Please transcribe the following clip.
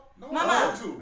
Mama